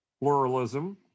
pluralism